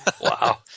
Wow